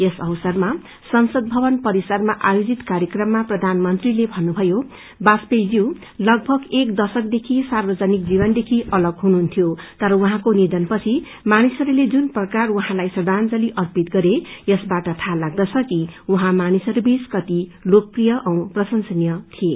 यस अवसरमा संसद भवन परिसरमा आयोजित कार्यक्रममा प्रधानमन्त्रीले भन्नुभयो बाजपेयीज्यू लगभग एक दशकदेखि सार्वजनिक जीवनदेखि अलग हुनुहुन्थ्यो तर उहाँको निधनपछि मानिसहरूले जुन प्रकार उहाँलाई श्रद्धांजली अर्पित गरे यसबारे थाहा लाग्दछ कि उहाँ मानिसहरूबीच कति लोकप्रिय औ प्रशंसनीय थिए